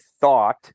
thought